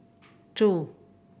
two